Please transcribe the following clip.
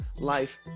life